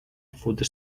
food